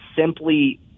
simply